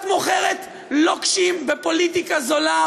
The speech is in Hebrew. את מוכרת לוקשים ופוליטיקה זולה.